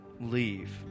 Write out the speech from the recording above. leave